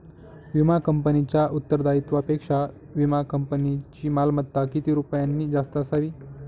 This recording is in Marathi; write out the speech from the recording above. विमा कंपनीच्या उत्तरदायित्वापेक्षा विमा कंपनीची मालमत्ता किती रुपयांनी जास्त असावी?